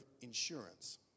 insurance